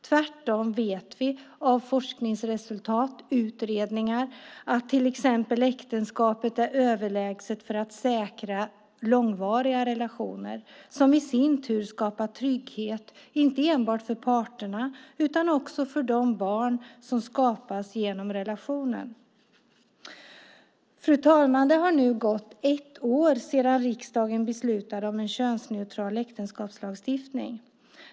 Tvärtom vet vi av forskningsresultat och utredningar att till exempel äktenskapet är överlägset för att säkra långvariga relationer som i sin tur skapar trygghet, inte enbart för parterna utan också för de barn som skapas genom relationen. Fru talman! Det har nu gått ett år sedan riksdagen beslutade om en könsneutral äktenskapslagstiftning.